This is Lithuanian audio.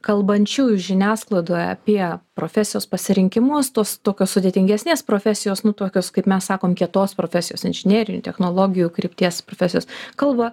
kalbančiųjų žiniasklaidoje apie profesijos pasirinkimus tos tokios sudėtingesnės profesijos nu tokios kaip mes sakom kietos profesijos inžinerinių technologijų krypties profesijos kalba